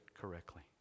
correctly